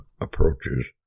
approaches